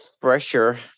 pressure